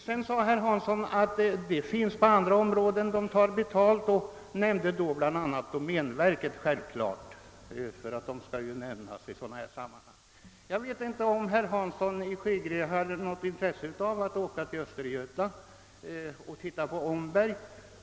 Herr Hansson i Skegrie sade vidare att man tar betalt då det gäller andra områden och nämnde självfallet bl.a. domänverket, ty det skall ju nämnas i sådana här sammanhang. Jag vet inte om herr Hansson i Skegrie har något intresse av att åka till Östergötland och se på Omberg.